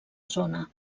zona